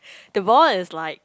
the ball is like